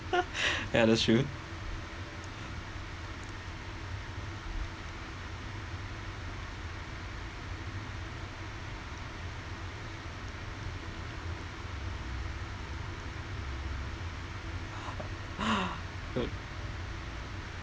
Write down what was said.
ya that's true